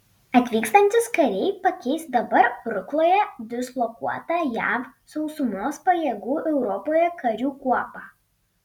atvykstantys kariai pakeis dabar rukloje dislokuotą jav sausumos pajėgų europoje karių kuopą